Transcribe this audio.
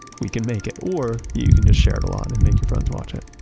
we can make it. or you can just share it a lot and make your friends watch it.